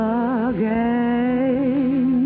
again